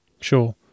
Sure